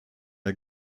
der